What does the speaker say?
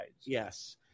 Yes